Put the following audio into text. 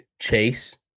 chase